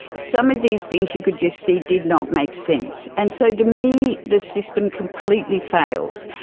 some of these things you could just see did not make sense, and so to me this system completely fails.